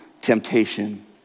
temptation